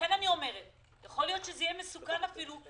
לכן יכול להיות שזה יהיה מסוכן לקלוט